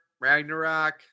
Ragnarok